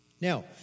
Now